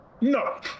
No